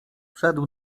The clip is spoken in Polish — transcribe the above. wszedł